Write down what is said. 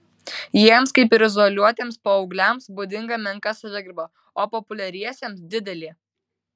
jiems kaip ir izoliuotiems paaugliams būdinga menka savigarba o populiariesiems didelė